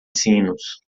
sinos